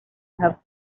have